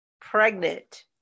Pregnant